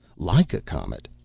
like a comet!